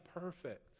perfect